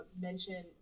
mention